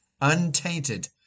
untainted